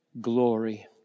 glory